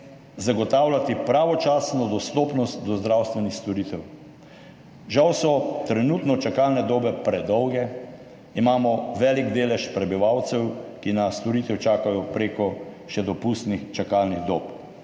zagotavljati pravočasno dostopnost do zdravstvenih storitev. Žal so trenutno čakalne dobe predolge. Imamo velik delež prebivalcev, ki na storitev čakajo preko še dopustnih čakalnih dob.